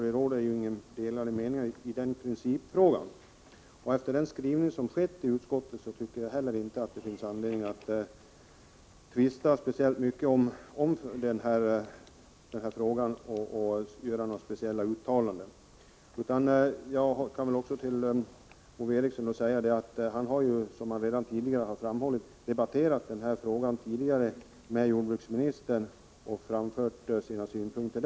Det råder inga delade meningar i principfrågan. Efter den skrivning som gjorts i utskottet tycker jag inte heller det finns anledning att tvista om denna fråga eller att göra några speciella uttalanden. Ove Eriksson har debatterat denna fråga tidigare med jordbruksministern och då framfört sina synpunkter.